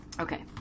Okay